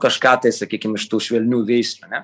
kažką tai sakykim iš tų švelnių veislių ane